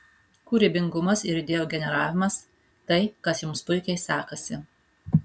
kūrybingumas ir idėjų generavimas tai kas jums puikiai sekasi